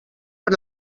per